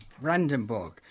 Brandenburg